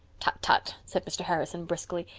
tut, tut, said mr. harrison briskly,